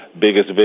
biggest